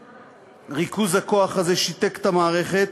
ריכוז הכוח הזה שיתק את המערכת.